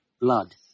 blood